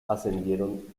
ascendieron